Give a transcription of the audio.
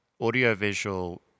audiovisual